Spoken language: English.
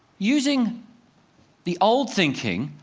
using the old thinking,